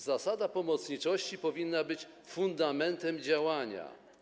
Zasada pomocniczości powinna być fundamentem działania.